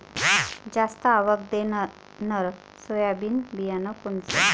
जास्त आवक देणनरं सोयाबीन बियानं कोनचं?